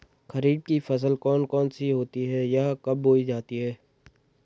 खरीफ की फसल कौन कौन सी होती हैं यह कब बोई जाती हैं?